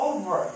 Over